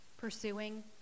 pursuing